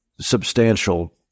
substantial